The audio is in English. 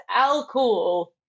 alcohol